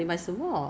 new customer ah